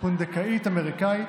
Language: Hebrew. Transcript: פונדקאית אמריקאית.